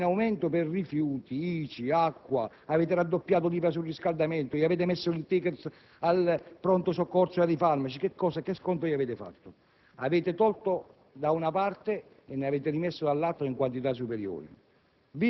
gli avete aumentato il bollo, avete indotto tasse in aumento sui rifiuti, ICI ed acqua, avete raddoppiato l'IVA sul riscaldamento, avete messo il *ticket* sul pronto soccorso e sui farmaci: che sconto gli avete fatto?